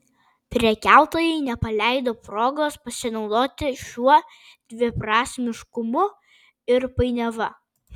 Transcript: prekiautojai nepraleido progos pasinaudoti šiuo dviprasmiškumu ir painiava